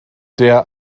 der